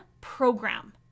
program